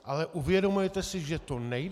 Ale uvědomujete si, že to nejde?